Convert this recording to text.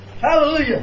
Hallelujah